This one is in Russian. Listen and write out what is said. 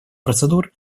процедур